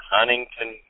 Huntington